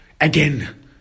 again